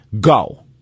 Go